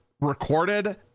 recorded